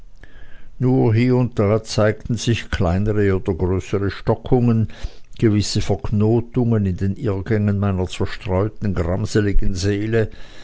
nur hier und da zeigten sich kleinere oder größere stockungen gewisse verknotungen in den irrgängen meiner zerstreuten gramseligen seele